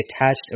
attached